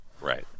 right